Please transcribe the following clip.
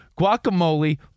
guacamole